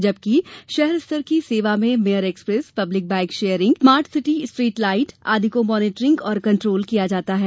जबकि शहर स्तर की सेवा में mayor express public bike sharing smart street light आदि को मॉनिट्रिंग और कंट्रोल किया जाता है